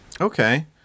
Okay